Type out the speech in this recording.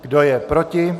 Kdo je proti?